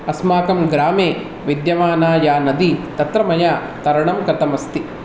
अस्माकं ग्रामे विद्यमाना या नदी तत्र मया तरणं कृतमस्ति